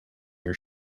your